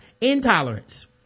intolerance